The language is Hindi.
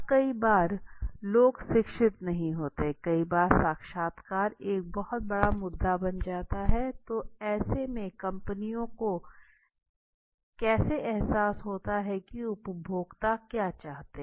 अब कई लोग शिक्षित नहीं होते हैं कभी कभी साक्षरता एक बहुत बड़ा मुद्दा बन जाता है तो ऐसे में कंपनियों को कैसे एहसास होता की उपभोक्ता को क्या चाहिए